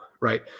right